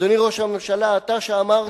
אדוני ראש הממשלה, אתה שאמרת: